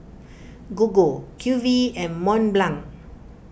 Gogo Q V and Mont Blanc